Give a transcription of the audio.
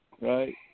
right